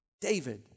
David